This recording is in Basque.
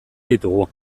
ditugu